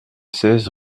seize